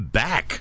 back